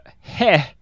heh